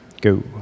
go